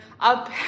up